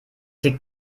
liegt